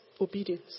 obedience